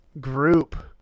group